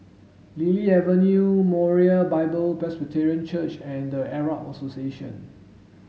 Lily Avenue Moriah Bible Presby Church and The Arab Association